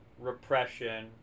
repression